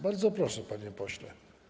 Bardzo proszę, panie pośle.